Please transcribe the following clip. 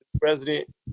President